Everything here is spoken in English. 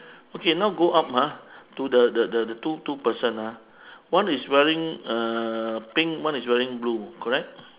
okay now go up ha to the the the two two person ah one is wearing uh pink one is wearing blue correct